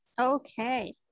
Okay